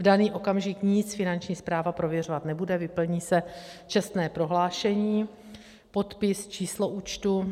V daný okamžik nic Finanční správa prověřovat nebude, vyplní se čestné prohlášení, podpis, číslo účtu.